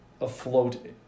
afloat